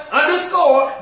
underscore